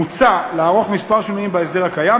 מוצע לערוך כמה שינויים בהסדר הקיים.